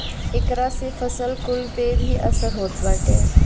एकरा से फसल कुल पे भी असर होत बाटे